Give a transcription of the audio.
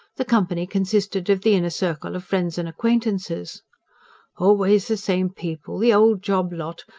the company consisted of the inner circle of friends and acquaintances always the same people the old job lot!